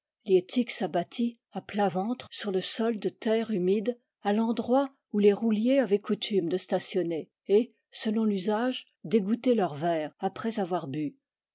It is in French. liettik s'abattit à plat ventre sur le sol de terre humide à l'endroit où les rouliers avaient coutume de stationner et selon l'usage d'égoutter leur verre après avoir bu